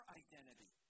identity